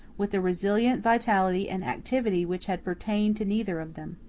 with a resilient vitality and activity which had pertained to neither of them.